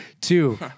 Two